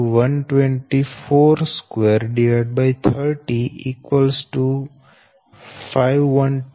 844 pu Xparallel 230 512